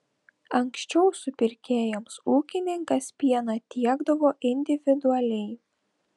anksčiau supirkėjams ūkininkas pieną tiekdavo individualiai